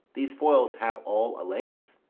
these foils have all length?